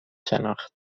شناخت